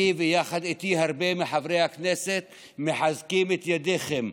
אני ויחד איתי הרבה מחברי הכנסת מחזקים את ידיכם.